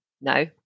no